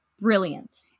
brilliant